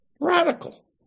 Radical